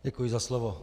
Děkuji za slovo.